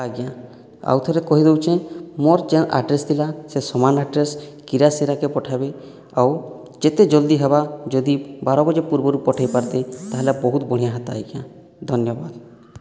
ଆଜ୍ଞା ଆଉ ଥରେ କହିଦଉଚେଁ ମୋର ଯେନ୍ ଆଡ୍ରେସ ଥିଲା ସେ ସମାନ୍ ଆଡ୍ରେସ କିରାସେରାକେ ପଠାବେ ଆଉ ଯେତେ ଜଲ୍ଦି ହେବା ଯଦି ବାର ବଜେ ପୂର୍ବରୁ ପଠେଇ ପାରତେ ତାହେଲେ ବହୁତ ବଢ଼ିଆ ହେତା ଆଜ୍ଞା ଧନ୍ୟବାଦ